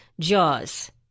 Jaws